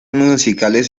musicales